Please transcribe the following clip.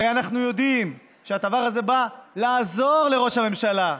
הרי אנחנו יודעים שהדבר הזה בא לעזור לראש הממשלה,